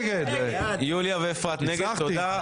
יוליה ואפרת נגד, תודה.